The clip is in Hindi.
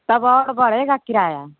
तब और बढ़ेगा किराया